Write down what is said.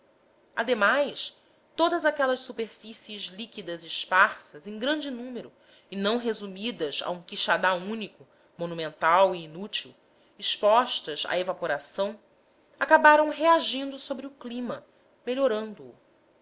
ademais todas aquelas superfícies líquidas esparsas em grande número e não resumidas a um quixadá único monumental e inútil expostas à evaporação acabaram reagindo sobre o clima melhorando o